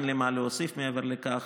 אין לי מה להוסיף מעבר לכך,